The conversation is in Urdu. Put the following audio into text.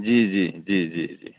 جی جی جی جی جی